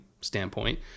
standpoint